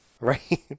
Right